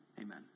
Amen